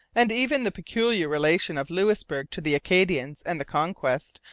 and even the peculiar relation of louisbourg to the acadians and the conquest,